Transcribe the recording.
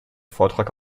vortrag